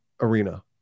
arena